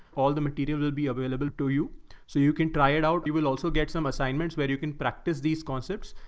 all the material will be available to you so you can try it out you will also get some assignments where you can practice these concepts.